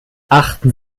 achten